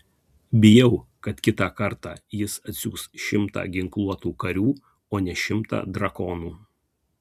bijau kad kitą kartą jis atsiųs šimtą ginkluotų karių o ne šimtą drakonų